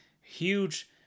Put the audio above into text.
huge